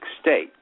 state